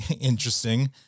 interesting